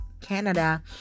Canada